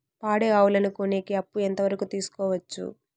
పాడి ఆవులని కొనేకి అప్పు ఎంత వరకు తీసుకోవచ్చు?